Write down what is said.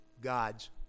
God's